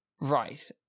Right